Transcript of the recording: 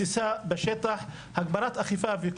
שנתפסת בעיני חלק מהאנשים כהפעלת סמכויות האכיפה.